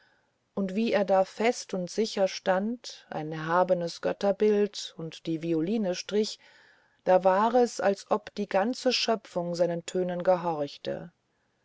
und wie er da fest und sicher stand ein erhabenes götterbild und die violine strich da war es als ob die ganze schöpfung seinen tönen gehorchte